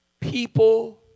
people